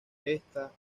esta